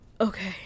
okay